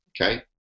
Okay